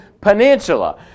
Peninsula